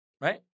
Right